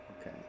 okay